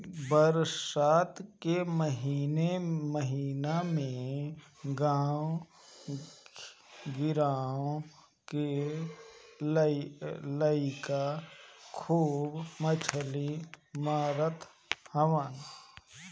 बरसात के महिना में गांव गिरांव के लईका खूब मछरी मारत हवन